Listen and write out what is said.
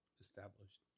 established